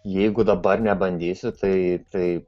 jeigu dabar nebandysiu tai tai